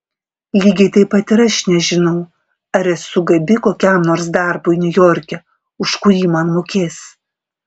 lygiai taip pat ir aš nežinau ar esu gabi kokiam nors darbui niujorke už kurį man mokės